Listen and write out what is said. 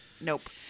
Nope